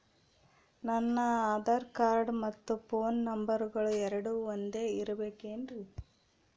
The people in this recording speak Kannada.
ನನ್ನ ಆಧಾರ್ ಕಾರ್ಡ್ ಮತ್ತ ಪೋನ್ ನಂಬರಗಳು ಎರಡು ಒಂದೆ ಇರಬೇಕಿನ್ರಿ?